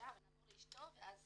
נעבור לאשתו ואז